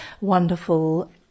wonderful